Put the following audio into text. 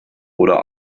oder